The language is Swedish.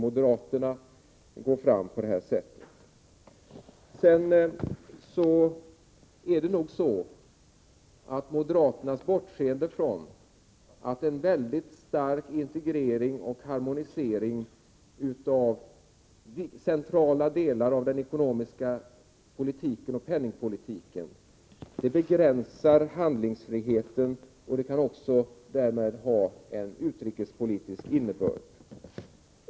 Moderaterna bortser från att en väldigt stark integrering och harmonisering av centrala delar av den ekonomiska politiken och penningpolitiken begränsar handlingsfriheten. Detta kan därmed ha en utrikespolitisk innebörd.